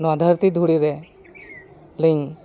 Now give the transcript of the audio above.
ᱱᱚᱣᱟ ᱫᱷᱟᱹᱨᱛᱤ ᱫᱷᱩᱲᱤ ᱨᱮ ᱞᱤᱧ